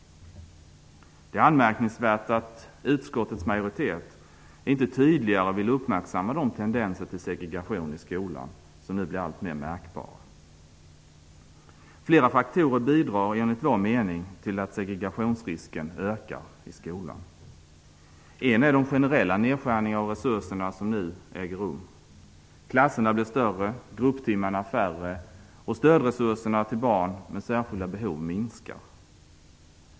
Det är anmärkningsvärt att utskottets majoritet inte tydligare vill uppmärksamma de tendenser till segregation i skolan som nu blir alltmer märkbara. Flera faktorer bidrar enligt vår mening till att segregationsrisken ökar i skolan. En är de generella nedskärningar av resurserna som nu äger rum. Klasserna blir större, grupptimmarna färre, och stödresurserna till barn med särskilda behov minskar.